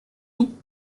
tout